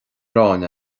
aráin